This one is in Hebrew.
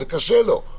זה קשה לו,